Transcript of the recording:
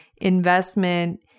investment